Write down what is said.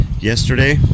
yesterday